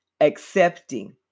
accepting